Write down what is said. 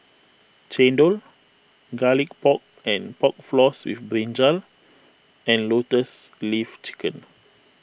Chendol Garlic Pork and Pork Floss with Brinjal and Lotus Leaf Chicken